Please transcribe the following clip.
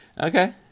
Okay